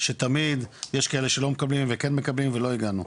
שתמיד יש כאלה שלא מקבלים וכן מקבלים ולא הגענו,